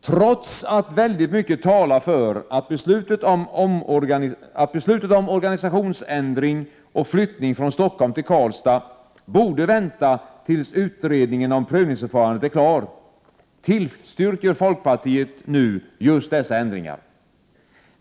Trots att väldigt mycket talar för att beslutet om organisationsändring och flyttning från Stockholm till Karlstad borde vänta tills utredningen om prövningsförfarandet är klar, tillstyrker folkpartiet nu just dessa ändringar.